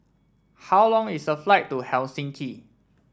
how long is the flight to Helsinki